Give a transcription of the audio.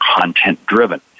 content-driven